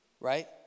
right